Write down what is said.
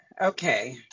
okay